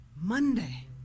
Monday